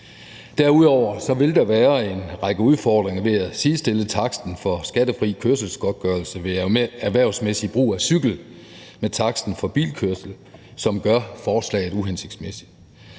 Derudover vil der være en række udfordringer ved at sidestille taksten for skattefri kørselsgodtgørelse ved erhvervsmæssig brug af cykel med taksten for bilkørsel, som gør forslaget uhensigtsmæssigt.